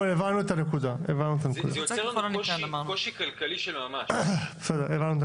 זה יוצר אצלנו קושי כלכלי של ממש,